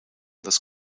this